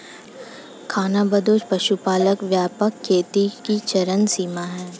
खानाबदोश पशुपालन व्यापक खेती की चरम सीमा है